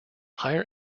higher